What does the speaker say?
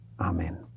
amen